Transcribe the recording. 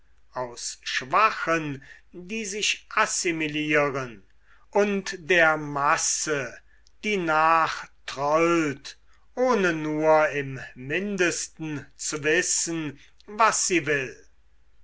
aus schwachen die sich assimilieren und der masse die nachtrollt ohne nur im mindesten zu wissen was sie will